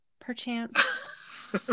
perchance